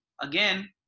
again